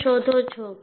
તમે શોધો છો